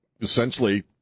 essentially